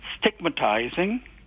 stigmatizing